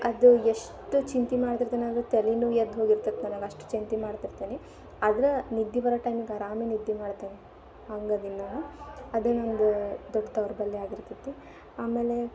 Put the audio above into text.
ಅದು ಎಷ್ಟು ಚಿಂತೆ ಮಾಡ್ತಿರ್ತೆನಂದ್ರೆ ತಲೆನೋವು ಎದ್ದು ಹೋಗಿರ್ತದ್ ನನಗೆ ಅಷ್ಟು ಚಿಂತೆ ಮಾಡ್ತಿರ್ತೇನೆ ಆದ್ರೆ ನಿದ್ದೆ ಬರೋ ಟೈಮ್ಗೆ ಆರಾಮ ನಿದ್ದೆ ಮಾಡ್ತೀನಿ ಹಂಗೆ ಅದೀನಿ ನಾನು ಅದೇ ನಂದು ದೊಡ್ಡ ದೌರ್ಬಲ್ಯ ಆಗಿರ್ತೈತಿ ಆಮೇಲೆ